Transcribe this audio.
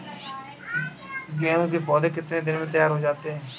गेहूँ के पौधे कितने दिन में तैयार हो जाते हैं?